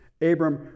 abram